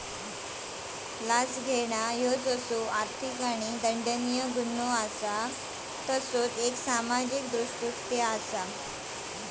लाच घेणा ह्यो जसो आर्थिक आणि दंडनीय गुन्हो असा तसा ता एक सामाजिक दृष्कृत्य असा